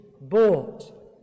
bought